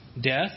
death